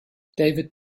david